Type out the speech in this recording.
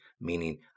meaning